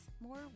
more